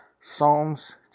Psalms